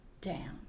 down